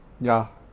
ya